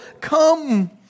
Come